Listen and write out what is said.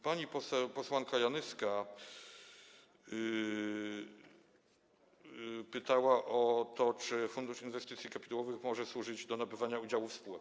Pani posłanka Janyska zapytała o to, czy Fundusz Inwestycji Kapitałowych może służyć do nabywania udziałów spółek.